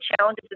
challenges